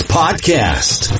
podcast